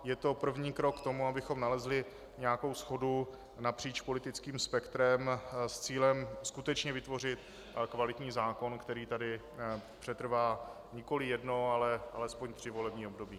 Je to první krok k tomu, abychom nalezli nějakou shodu napříč politickým spektrem s cílem skutečně vytvořit kvalitní zákon, který tady přetrvá nikoli jedno, ale alespoň tři volební období.